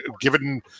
given